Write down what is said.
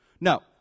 No